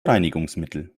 reinigungsmittel